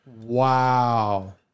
Wow